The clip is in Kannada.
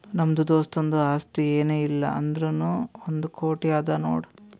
ನಮ್ದು ದೋಸ್ತುಂದು ಆಸ್ತಿ ಏನ್ ಇಲ್ಲ ಅಂದುರ್ನೂ ಒಂದ್ ಕೋಟಿ ಅದಾ ನೋಡ್